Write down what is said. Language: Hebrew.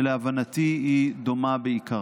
שלהבנתי היא דומה בעיקרה.